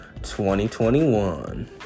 2021